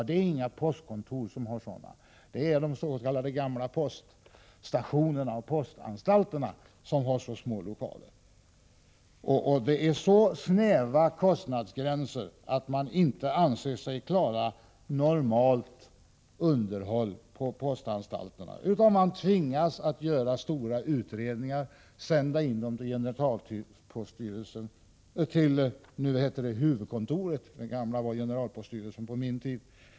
Det är inga postkontor som har sådana lokaler utan det är de gamlas.k. poststationerna och postanstalterna som har så små lokaler. Kostnadsgränserna är så snäva att man inte anser sig klara normalt underhåll vid postanstalterna. Man tvingas att göra stora utredningar och sända in dem till huvudkontoret i Stockholm.